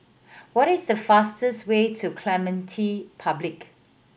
what is the fastest way to Clementi Public